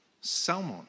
Salmon